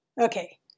Okay